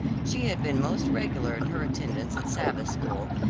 she had been most regular in her attendance at sabbath-school,